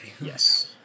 Yes